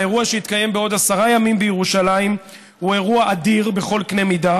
האירוע שיתקיים בעוד עשרה ימים בירושלים הוא אירוע אדיר בכל קנה מידה.